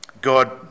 God